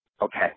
Okay